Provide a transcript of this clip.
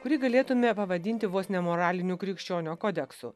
kurį galėtume pavadinti vos ne moraliniu krikščionio kodeksu